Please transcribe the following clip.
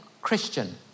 Christian